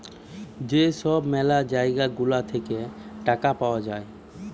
যেই সব ম্যালা জায়গা গুলা থাকে টাকা পাওয়া যায়